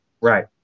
Right